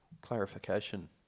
Clarification